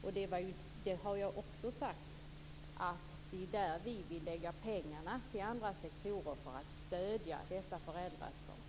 Jag har också sagt att vi vill lägga pengar från andra sektorer på att stödja detta föräldraskap.